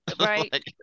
Right